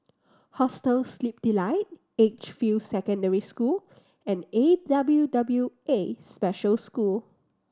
Hostel Sleep Delight Edgefield Secondary School and A W W A Special School